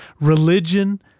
Religion